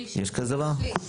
יש כזה דבר?